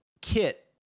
kit